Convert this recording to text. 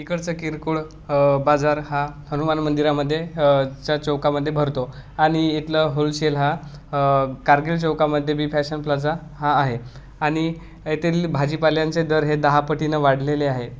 इकडचं किरकोळ बाजार हा हनुमान मंदिरामध्ये च्या चौकामध्ये भरतो आणि इथलं होलसेल हा कारगेल चौकामध्ये बी फॅशन प्लाझा हा आहे आणि येथील भाजीपाल्यांचे दर हे दहा पटीनं वाढलेले आहे